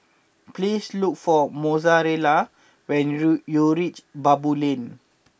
please look for Mozella when rood you reach Baboo Lane